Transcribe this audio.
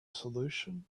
solution